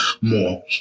more